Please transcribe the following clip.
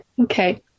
Okay